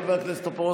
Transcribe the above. חבר הכנסת טופורובסקי,